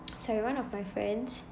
sorry one of my friends